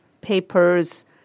papers